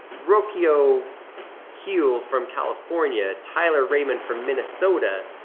rocchio kiel from california, tyler raymond from minnesota.